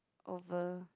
over